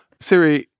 sorry.